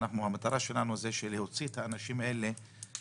שהמטרה שלנו היא להוציא מהבוץ אנשים שהסתבכו,